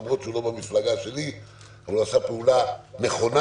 למרות שהוא לא במפלגה שלי הוא עשה פעולה נכונה,